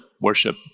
worship